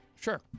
Sure